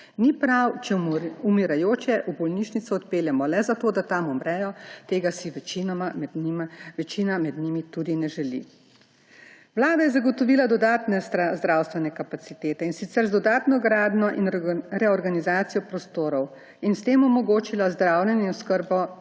Ni prav, če umirajoče v bolnišnico odpeljemo le zato, da tam umrejo. Tega si večina med njimi tudi ne želi. Vlada je zagotovila dodatne zdravstvene kapacitete, in sicer z dodatno gradnjo in reorganizacijo prostorov, in s tem omogočila zdravljenje, oskrbo